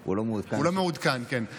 הוא לא מעודכן, כן.